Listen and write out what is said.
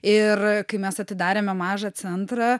ir kai mes atidarėme mažą centrą